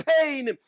pain